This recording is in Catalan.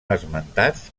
esmentats